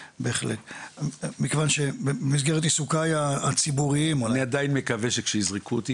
במסגרת עיסוקיי הציבוריים -- אני עדיין מקווה שכשיזרקו אותי,